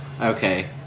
Okay